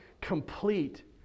complete